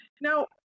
Now